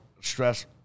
stress